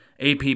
AP